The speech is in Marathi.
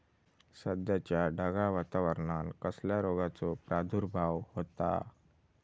सध्याच्या ढगाळ वातावरणान कसल्या रोगाचो प्रादुर्भाव होता?